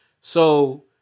So-